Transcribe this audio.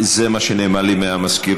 זה מה שנאמר לי מהמזכירות.